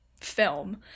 film